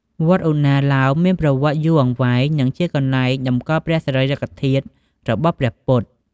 វត្តឧណ្ណាលោមមានប្រវត្តិយូរអង្វែង និងជាកន្លែងតម្កល់ព្រះសារីរិកធាតុរបស់ព្រះពុទ្ធ។